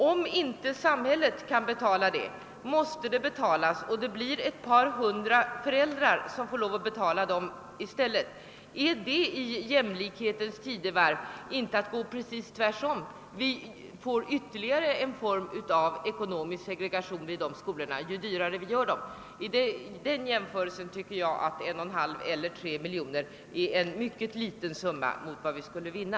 Om inte samhället kan betala detta belopp måste det betalas på annat sätt, vilket innebär att ett par hundra föräldrar får lov att göra det i stället. Är det i jämlikhetens tidevarv inte att gå precis tvärt emot fastlagda principer? Vi får ytterligare en form av ekonomisk segregation i de skolorna ju dyrare vi gör dem. I den jämförelsen anser jag att 1,5 eller 3 miljoner är en mycket liten summa mot vad vi skulle vinna.